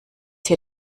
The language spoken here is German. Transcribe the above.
hier